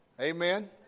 Amen